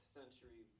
century